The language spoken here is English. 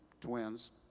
twins